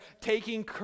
taking